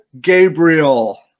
Gabriel